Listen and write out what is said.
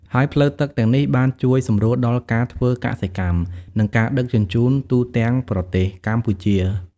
ហើយផ្លូវទឹកទាំងនេះ បានជួយសម្រួលដល់ការធ្វើកសិកម្ម និងការដឹកជញ្ជូនទូទាំងប្រទេសកម្ពុជា។